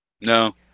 No